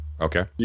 Okay